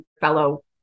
fellow